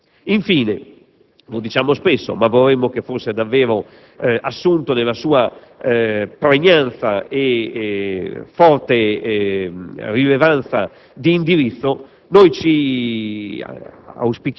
al 30 settembre è quanto mai auspicabile. Infine - lo diciamo spesso ma vorremmo fosse davvero assunto nella sua pregnanza e forte rilevanza di indirizzo